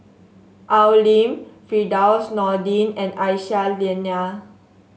Al Lim Firdaus Nordin and Aisyah Lyana